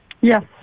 Yes